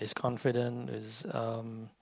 is confident is um